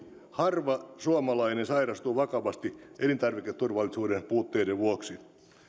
harva suomalainen sairastuu vakavasti elintarviketurvallisuuden puutteiden vuoksi